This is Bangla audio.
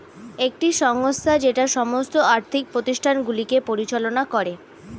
একটি সংস্থা যেটা সমস্ত আর্থিক প্রতিষ্ঠানগুলিকে পরিচালনা করে